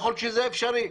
יכול להיות שזה אפשרי.